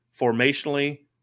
formationally